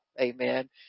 Amen